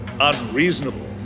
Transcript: unreasonable